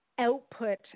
output